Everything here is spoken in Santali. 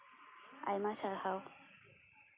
ᱟᱭᱢᱟ ᱥᱟᱨᱦᱟᱣ